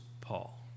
Paul